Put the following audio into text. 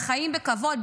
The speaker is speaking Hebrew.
בחיים בכבוד,